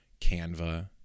canva